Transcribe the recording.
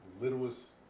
littlest